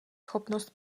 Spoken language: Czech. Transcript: schopnost